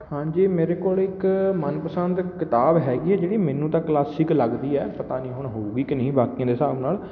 ਹਾਂਜੀ ਮੇਰੇ ਕੋਲ ਇੱਕ ਮਨਪਸੰਦ ਕਿਤਾਬ ਹੈਗੀ ਹੈ ਜਿਹੜੀ ਮੈਨੂੰ ਤਾਂ ਕਲਾਸਿਕ ਲੱਗਦੀ ਹੈ ਪਤਾ ਨਹੀਂ ਹੁਣ ਹੋਵੇਗੀ ਕਿ ਨਹੀਂ ਬਾਕੀਆਂ ਦੇ ਹਿਸਾਬ ਨਾਲ